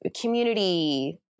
community